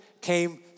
came